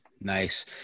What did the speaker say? nice